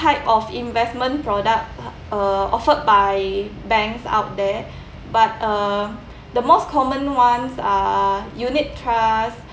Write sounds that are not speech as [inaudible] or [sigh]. type of investment product [noise] uh offered by banks out there but uh the most common ones are unit trust